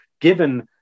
given